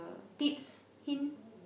tips hint